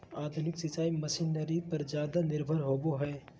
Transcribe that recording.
आधुनिक सिंचाई मशीनरी पर ज्यादा निर्भर होबो हइ